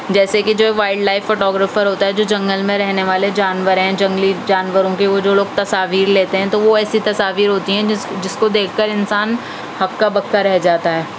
جیسے کہ جو وائلڈ لائف فوٹو گرافر ہوتا ہے جو جنگل میں رہنے والے جانور ہیں جنگلی جانوروں کے وہ جو لوگ تصاویر لیتے ہیں تو وہ ایسی تصاویر ہوتی ہیں جس جس کو دیکھ کر انسان ہکا بکا رہ جاتا ہے